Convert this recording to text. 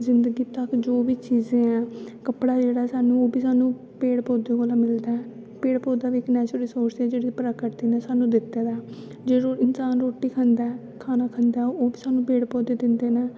जिन्दगी तक जो बी चीजें ऐं कपड़ा जेह्ड़ा ऐ सानूं ओह् बी सानूं पेड़ पौधें कोला मिलदा ऐ पेड़ पौधा बी इक नैचूरल रिसोरसिस ऐ जेह्ड़ा प्रकृति ने सानूं दित्ते दा ऐ जेह्ड़ी इंसान रोटी खंदा ऐ खाना खंदा ऐ ओह् बी सानूं पेड़ पौधे दिंदे न